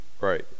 Right